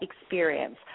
experience